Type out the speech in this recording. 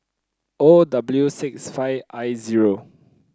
O W six five I zero